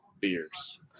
beers